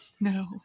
no